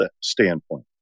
standpoint